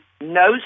No